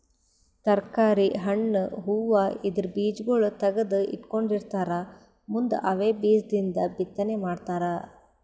ತರ್ಕಾರಿ, ಹಣ್ಣ್, ಹೂವಾ ಇದ್ರ್ ಬೀಜಾಗೋಳ್ ತಗದು ಇಟ್ಕೊಂಡಿರತಾರ್ ಮುಂದ್ ಅವೇ ಬೀಜದಿಂದ್ ಬಿತ್ತನೆ ಮಾಡ್ತರ್